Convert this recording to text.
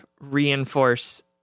Reinforce